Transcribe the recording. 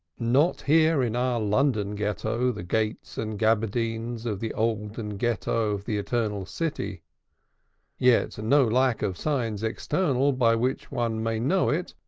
not here in our london ghetto the gates and gaberdines of the olden ghetto of the eternal city yet no lack of signs external by which one may know it,